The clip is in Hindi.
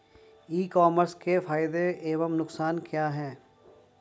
ई कॉमर्स के फायदे एवं नुकसान क्या हैं?